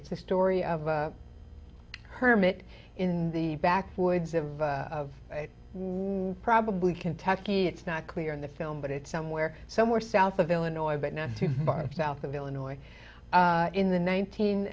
it's the story of a hermit in the backwoods of of probably kentucky it's not clear in the film but it's somewhere somewhere south of illinois but not too far south of illinois in the nineteen